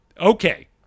Okay